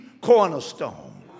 cornerstone